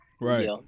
Right